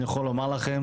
אני יכול לומר לכם